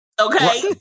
okay